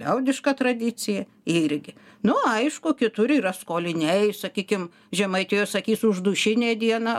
liaudišką tradiciją irgi nu aišku kitur yra skoliniai sakykim žemaitijoj sakys už dūšinę diena